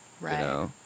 Right